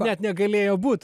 net negalėjo būt